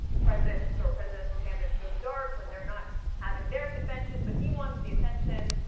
presidents or presidential candidates go dark when they're not having their convention, but he wants the attention,